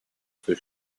für